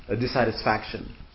dissatisfaction